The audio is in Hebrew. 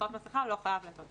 הוא לא חייב לעטות מסכה.